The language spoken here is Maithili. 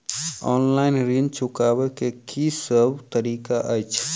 ऑनलाइन ऋण चुकाबै केँ की सब तरीका अछि?